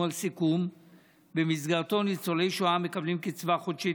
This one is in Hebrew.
על סיכום שבמסגרתו ניצולי שואה המקבלים קצבה חודשית